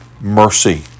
mercy